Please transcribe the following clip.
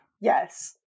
Yes